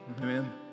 Amen